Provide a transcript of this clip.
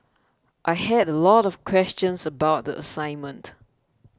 I had a lot of questions about the assignment